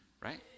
right